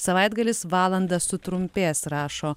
savaitgalis valandą sutrumpės rašo